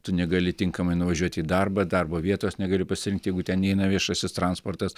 tu negali tinkamai nuvažiuoti į darbą darbo vietos negali pasiimti jeigu ten neina viešasis transportas